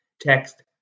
Text